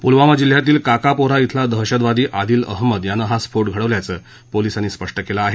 पुलवामा जिल्ह्यातील काकापोरा खिला दहशतवादी आदील अहमद यानं हा स्फोट घडवल्याचं पोलिसांनी म्हटलं आहे